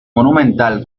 monumental